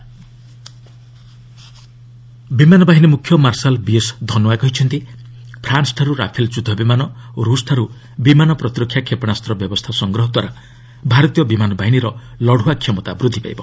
IAAF chief seminar ବିମାନ ବାହିନୀ ମୁଖ୍ୟ ମାର୍ଶାଲ୍ ବିଏସ୍ ଧନୋଆ କହିଛନ୍ତି ପ୍ରାନ୍ସଠାରୁ ରାଫେଲ୍ ଯୁଦ୍ଧବିମାନ ଓ ଋଷଠାରୁ ବିମାନ ପ୍ରତିରକ୍ଷା କ୍ଷେପଣାସ୍ତ ବ୍ୟବସ୍ଥା ସଂଗ୍ରହଦ୍ୱାରା ଭାରତୀୟ ବିମାନ ବାହିନୀର ଲଢୁଆ କ୍ଷମତା ବୃଦ୍ଧିପାଇବ